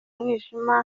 umwijima